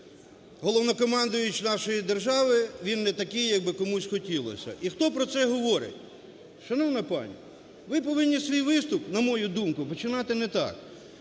Головнокомандувач нашої держави, він не такий якби комусь хотілося. І хто про це говорить? Шановна пані, ви повинні свій виступ, на мою думку, починати не так,